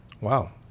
Wow